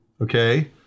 okay